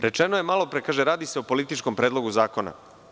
Rečeno je malopre, radi se o političkom predlogu zakona.